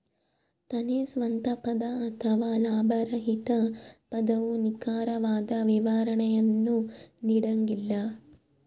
ತಾನೇ ಸ್ವಂತ ಪದ ಅಥವಾ ಲಾಭರಹಿತ ಪದವು ನಿಖರವಾದ ವಿವರಣೆಯನ್ನು ನೀಡಂಗಿಲ್ಲ